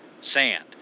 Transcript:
sand